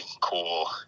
cool